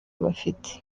bafite